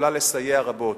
יכולה לסייע רבות.